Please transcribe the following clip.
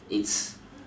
it's